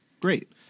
Great